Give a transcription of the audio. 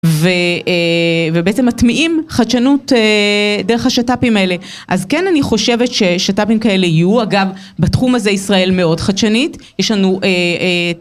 ובעצם מטמיעים חדשנות דרך השת"פים האלה, אז כן אני חושבת ששת"פים כאלה יהיו, אגב בתחום הזה ישראל מאוד חדשנית. יש לנו